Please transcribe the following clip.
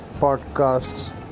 podcasts